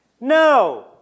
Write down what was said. No